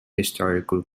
historical